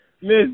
Miss